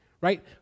right